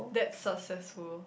that's successful